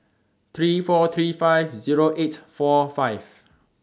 three four three five Zero eight four five